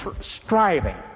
striving